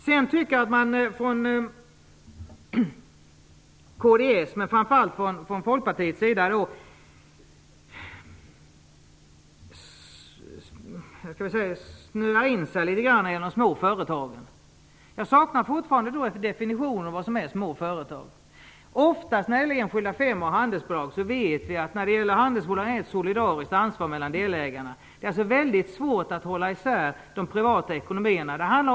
Jag tycker att kds och Folkpartiet har snöat in litet grand på de små företagen. Jag saknar fortfarande en definition av vad som är små företag. Ofta är fråga om enskilda firmor och handelsbolag. När det gäller handelsbolag vet vi att det finns ett solidariskt ansvar för delägarna.